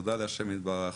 תודה להשם יתברך.